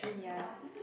ya